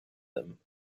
them